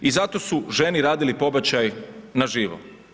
I zato su ženi radili pobačaj na živo.